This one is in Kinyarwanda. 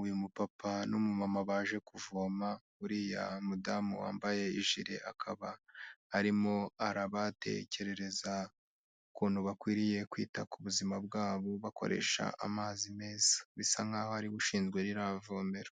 uyu mupapa n'umumama baje kuvoma, uriya mudamu wambaye ijire akaba arimo arabatekerereza ukuntu bakwiriye kwita ku buzima bwabo, bakoresha amazi meza, bisa nkaho ariwe ushinzwe ririya vomero.